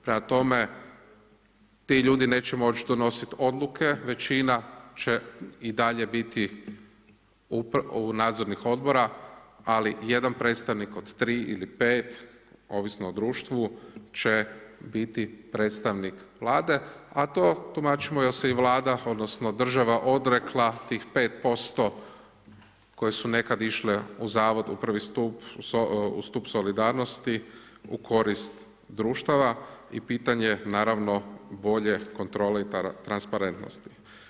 Prema tome, ti ljudi neće moć donosit odluke većina će i dalje biti u nadzornih odbora, ali jedan predstavnik od tri ili pet ovisno o društvu će biti predstavnik Vlade, a to tumačimo jer se i Vlada odnosno održava odrekla tih 5% koje su nekad išle u zavod u prvi stup u stup solidarnosti u korist društava i pitanje naravno bolje kontrole i transparentnosti.